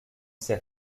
sais